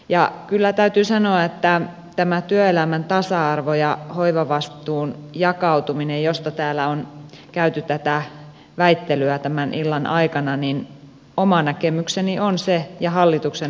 ja kyllä täytyy sanoa se on oma näkemykseni ja hallituksen näkemys että tämä työelämän tasa arvo ja hoivavastuun jakautuminen josta täällä on käyty tätä väittelyä tämän illan aikana niin oma näkemykseni on se ja hallituksen